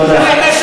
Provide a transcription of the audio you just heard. תודה.